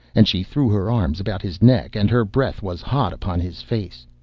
and she threw her arms about his neck, and her breath was hot upon his face.